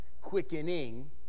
quickening